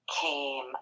came